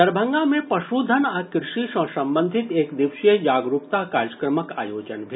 दरभंगा मे पशुधन आ कॄषि सॅ संबंधित एक दिवसीय जागरूकता कार्यक्रमक आयोजन भेल